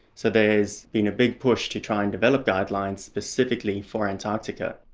so there's been a big push to try and develop guidelines specifically for antarctica.